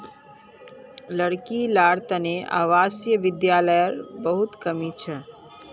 लड़की लार तने आवासीय विद्यालयर बहुत कमी छ